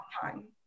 time